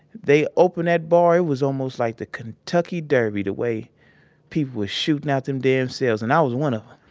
they opened that bar. it was almost like the kentucky derby the way people was shooting out them damn cells and i was one of them.